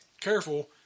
careful